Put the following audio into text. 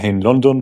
בהן לונדון,